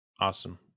awesome